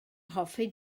hoffi